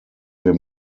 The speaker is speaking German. wir